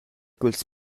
culs